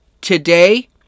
today